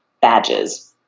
badges